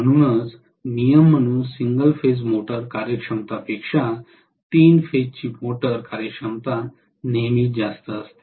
म्हणूनच नियम म्हणून सिंगल फेज मोटर कार्यक्षमतेपेक्षा तीन फेज ची मोटर कार्यक्षमता नेहमीच जास्त असते